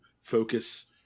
focus